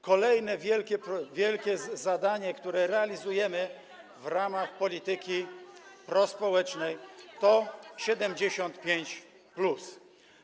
Kolejne wielkie zadanie, które realizujemy w ramach polityki prospołecznej, to 75+.